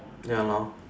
ya lor